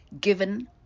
given